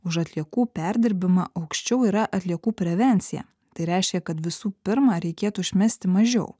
už atliekų perdirbimą aukščiau yra atliekų prevencija tai reiškia kad visų pirma reikėtų išmesti mažiau